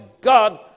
God